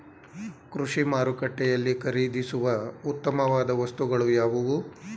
ಕೃಷಿ ಮಾರುಕಟ್ಟೆಯಲ್ಲಿ ಖರೀದಿಸುವ ಉತ್ತಮವಾದ ವಸ್ತುಗಳು ಯಾವುವು?